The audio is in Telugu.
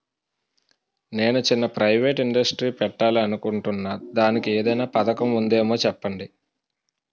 నేను చిన్న ప్రైవేట్ ఇండస్ట్రీ పెట్టాలి అనుకుంటున్నా దానికి ఏదైనా పథకం ఉందేమో చెప్పండి?